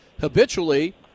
habitually